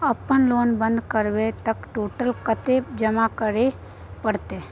अपन लोन बंद करब त टोटल कत्ते जमा करे परत?